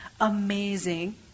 Amazing